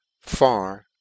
far